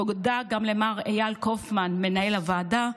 תודה גם למר איל קופמן, מנהל הוועדה.